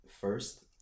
first